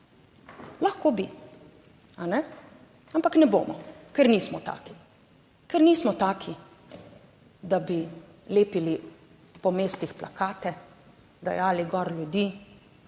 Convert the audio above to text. Lahko bi, a ne, ampak ne bomo, ker nismo taki, ker nismo taki, da bi lepili po mestih plakate, dajali gor ljudi,